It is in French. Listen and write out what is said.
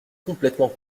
complètement